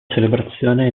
celebrazione